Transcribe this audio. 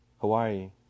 Hawaii